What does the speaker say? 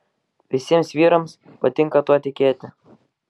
visiems vyrams patinka tuo tikėti